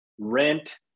rent